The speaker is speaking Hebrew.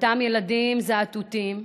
אותם ילדים זאטוטים,